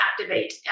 activate